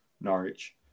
Norwich